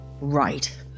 Right